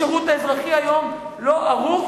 השירות האזרחי היום לא ערוך